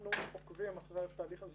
אנחנו עוקבים אחרי התהליך הזה,